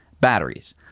Batteries